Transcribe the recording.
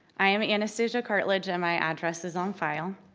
i am anastasia cartledge and my address is on file.